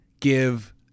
give